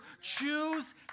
Choose